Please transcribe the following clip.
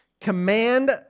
Command